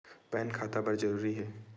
Pan खाता बर जरूरी हे?